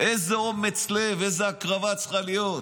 איזה אומץ לב, איזו הקרבה צריכה להיות.